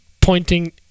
pointing